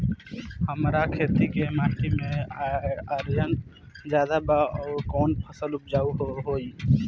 हमरा खेत के माटी मे आयरन जादे बा आउर कौन फसल उपजाऊ होइ?